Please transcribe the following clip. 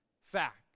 fact